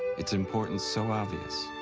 its importance so obvious,